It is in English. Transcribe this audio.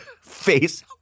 face